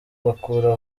bakura